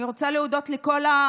אני רוצה להודות לכל,